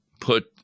put